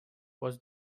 was